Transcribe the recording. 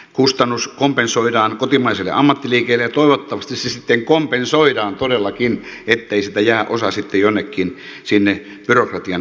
kustannus kompensoidaan kotimaiselle ammattiliikenteelle ja toivottavasti se sitten kompensoidaan todellakin ettei siitä jää osa jonnekin sinne byrokratian rattaisiin